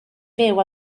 fyw